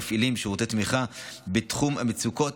המפעילים שירותי תמיכה בתחום המצוקות